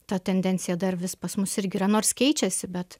ta tendencija dar vis pas mus irgi yra nors keičiasi bet